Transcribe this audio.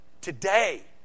today